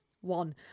One